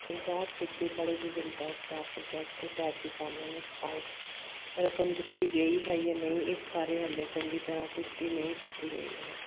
ਪੰਜਾਬ ਖੇਤੀਬਾੜੀ ਵਿਭਿੰਨਤਾ ਉਤਸ਼ਾਹ ਪ੍ਰੋਜੈਕਟ ਤੇ ਤਹਿਤ ਕਿਸਾਨਾਂ ਨੂੰ ਸਹਾਇਕ ਰਕਮ ਦਿੱਤੀ ਗਈ ਹੈ ਜਾਂ ਨਹੀਂ ਇਸ ਬਾਰੇ ਹਜੇ ਚੰਗੀ ਤਰ੍ਹਾਂ ਪੁਸ਼ਟੀ ਨਹੀਂ ਕੀਤੀ ਗਈ ਹੈ